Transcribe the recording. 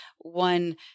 one